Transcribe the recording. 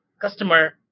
customer